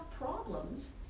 problems